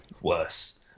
Worse